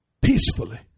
peacefully